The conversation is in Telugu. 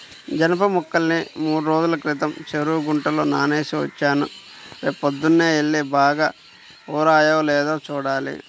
జనప మొక్కల్ని మూడ్రోజుల క్రితం చెరువు గుంటలో నానేసి వచ్చాను, రేపొద్దన్నే యెల్లి బాగా ఊరాయో లేదో చూడాలి